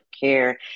Care